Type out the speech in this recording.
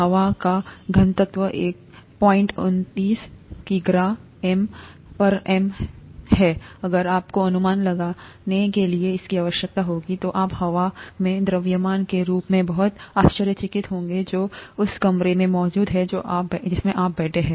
हवा का घनत्व 129 किग्रा एम 3 है अगर आपको अनुमान लगाने के लिए इसकी आवश्यकता होगी तो आप हवा के द्रव्यमान के रूप में बहुत आश्चर्यचकित होंगे जो उस कमरे में मौजूद है जो आप बैठे हैं